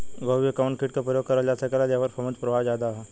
गोभी पर कवन कीट क प्रयोग करल जा सकेला जेपर फूंफद प्रभाव ज्यादा हो?